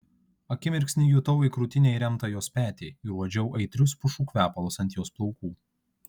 akimirksnį jutau į krūtinę įremtą jos petį ir uodžiau aitrius pušų kvepalus ant jos plaukų